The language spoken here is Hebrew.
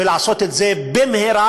ולעשות את זה במהרה,